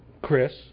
Chris